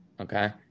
Okay